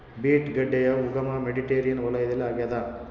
beet ಗಡ್ಡೆಯ ಉಗಮ Mediterranean ವಲಯದಲ್ಲಿ ಆಗ್ಯಾದ